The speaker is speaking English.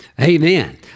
Amen